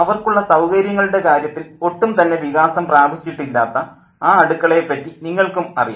അവർക്കുള്ള സൌകര്യങ്ങളുടെ കാര്യത്തിൽ ഒട്ടും തന്നെ വികാസം പ്രാപിച്ചിട്ടില്ലാത്ത ആ അടുക്കളയെപ്പറ്റി നിങ്ങൾക്കും അറിയാം